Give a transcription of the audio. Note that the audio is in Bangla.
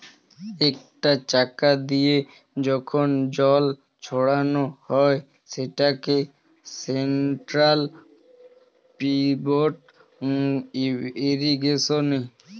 একটা চাকা দিয়ে যখন জল ছড়ানো হয় সেটাকে সেন্ট্রাল পিভট ইর্রিগেশনে